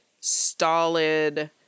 stolid